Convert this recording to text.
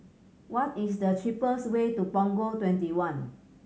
what is the cheapest way to Punggol Twenty one